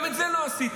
גם את זה לא עשיתם.